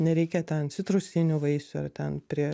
nereikia ten citrusinių vaisių ar ten prie